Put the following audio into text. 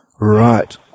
Right